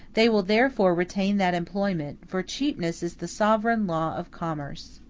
they will therefore retain that employment, for cheapness is the sovereign law of commerce.